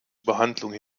behandlung